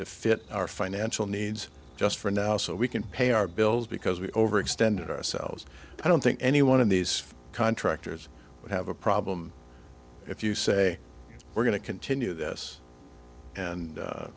to fit our financial needs just for now so we can pay our bills because we overextended ourselves i don't think any one of these contractors would have a problem if you say we're going to continue this and